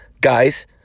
Guys